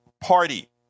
party